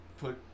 put